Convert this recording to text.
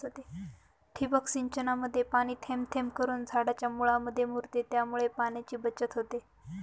ठिबक सिंचनामध्ये पाणी थेंब थेंब करून झाडाच्या मुळांमध्ये मुरते, त्यामुळे पाण्याची बचत होते